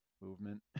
movement